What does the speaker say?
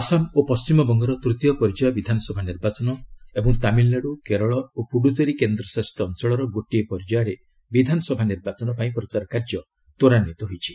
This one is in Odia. ଆସାମ ଓ ପଶ୍ଚିମବଙ୍ଗର ତୃତୀୟ ପର୍ଯ୍ୟାୟ ବିଧାନସଭା ନିର୍ବାଚନ ଏବଂ ତାମିଲନାଡୁ କେରଳ ଓ ପୁଡ଼ୁଚେରୀ କେନ୍ଦ୍ରଶାସିତ ଅଞ୍ଚଳର ଗୋଟିଏ ପର୍ଯ୍ୟାୟରେ ବିଧାନସଭା ନିର୍ବାଚନ ପାଇଁ ପ୍ରଚାର କାର୍ଯ୍ୟ ତ୍ୱରାନ୍ୱିତ ହୋଇଛି